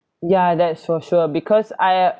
ya that's for sure because I